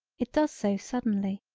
it does so suddenly.